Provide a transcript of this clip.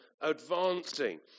advancing